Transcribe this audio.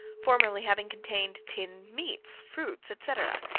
formerly having contained tinned meats, fruits, etc.